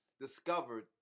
discovered